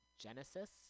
Genesis